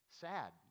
sad